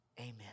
amen